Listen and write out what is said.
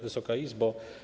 Wysoka Izbo!